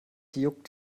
juckt